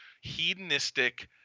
hedonistic